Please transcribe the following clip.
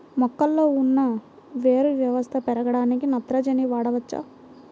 మొక్కలో ఉన్న వేరు వ్యవస్థ పెరగడానికి నత్రజని వాడవచ్చా?